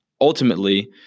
ultimately